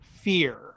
fear